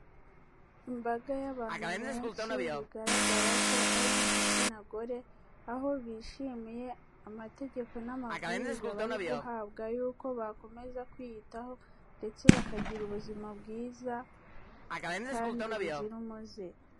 Imbaga y'abantu benshi bigaragara ko ari igitsina gore, aho bishimiye amategeko n'amabwiriza bari guhabwa y'uko bakomeza kwiyitaho ndetse bakagira ubuzima bwiza kandi buzira umuze.